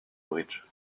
bridge